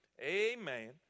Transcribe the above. amen